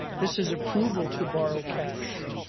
this is approval to borrow cash.